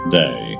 day